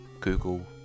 Google